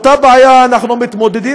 עם אותה בעיה אנחנו מתמודדים,